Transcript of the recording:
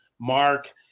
Mark